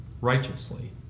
righteously